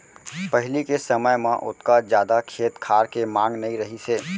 पहिली के समय म ओतका जादा खेत खार के मांग नइ रहिस हे